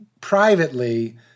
privately